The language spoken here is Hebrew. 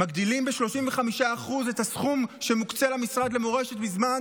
מגדילים ב-35% את הסכום שמוקצה למשרד למורשת מזמן